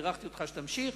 ובירכתי אותך שתמשיך,